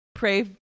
Pray